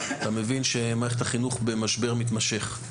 אתה מבין שמערכת החינוך במשבר מתמשך.